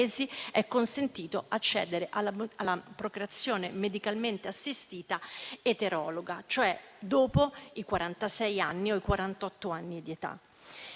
è consentito accedere alla procreazione medicalmente assistita eterologa, e cioè dopo i quarantasei anni o i